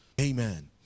amen